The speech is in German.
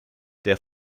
der